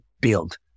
build